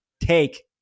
take